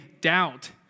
doubt